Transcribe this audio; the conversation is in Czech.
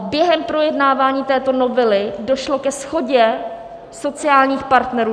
Během projednávání této novely došlo ke shodě sociálních partnerů.